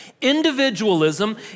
Individualism